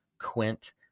Quint